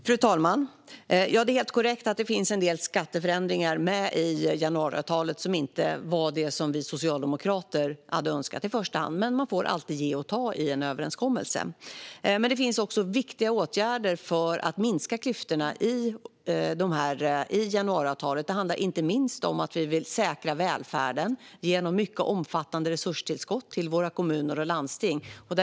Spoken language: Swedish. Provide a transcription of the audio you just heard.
Fru talman! Det är helt korrekt att det finns en del skatteförändringar i januariavtalet som inte var det som vi socialdemokrater i första hand hade önskat, men man får alltid ge och ta i en överenskommelse. Det finns också, i januariavtalet, viktiga åtgärder för att minska klyftorna. Det handlar inte minst om att vi vill säkra välfärden genom mycket omfattande resurstillskott till våra kommuner och landsting.